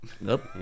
Nope